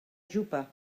jupa